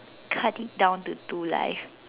cut it down to two life